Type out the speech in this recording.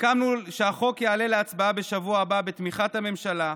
סיכמנו שהחוק יעלה להצבעה בשבוע הבא בתמיכת הממשלה,